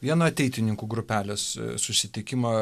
vien ateitininkų grupelės susitikimą